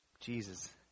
Jesus